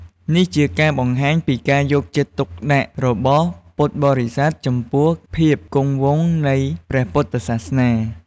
នេះជាការបង្ហាញពីការយកចិត្តទុកដាក់របស់ពុទ្ធបរិស័ទចំពោះភាពគង់វង្សនៃព្រះពុទ្ធសាសនា។